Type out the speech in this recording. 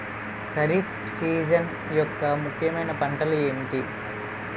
Kharif season యెక్క ముఖ్యమైన పంటలు ఏమిటీ?